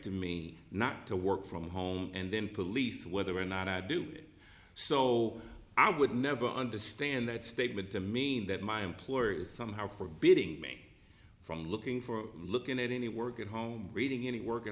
to me not to work from home and then police whether or not i do it so i would never understand that statement to mean that my employer is somehow forbidding me from looking for looking at any work at home reading any work at